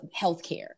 healthcare